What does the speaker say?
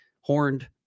Horned